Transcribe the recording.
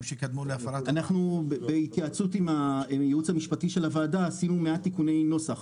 אנחנו בהתייעצות עם היעוץ המשפטי של הועדה עשינו מעט תיקוני נוסח,